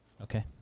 Okay